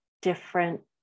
different